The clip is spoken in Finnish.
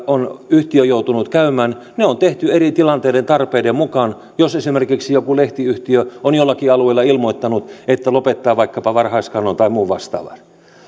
on joutunut käymään yt neuvotteluja ne on tehty eri tilanteiden ja tarpeiden mukaan jos esimerkiksi joku lehtiyhtiö on jollakin alueella ilmoittanut että lopettaa vaikkapa varhaiskannon tai muun vastaavan